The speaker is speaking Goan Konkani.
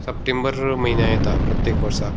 सप्टेंबर म्हयन्या येता प्रत्येक वर्सा